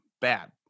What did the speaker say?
bad